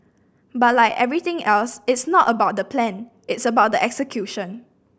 but like everything else it's not about the plan it's about the execution